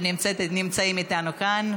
שנמצאים איתנו כאן,